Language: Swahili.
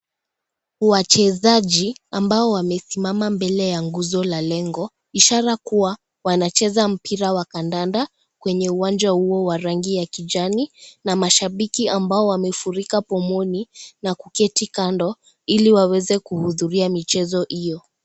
Wachezaji ambao wamesimama mbele ya nguzo la lengo, ishara kuwa wanacheza mpira wa kandanda kwenye uwanja huo wa rangi ya kijani na mashabiki ambao wamefurika pomoni na kuketi kando ili waweze kuhudhuria michezo iyo.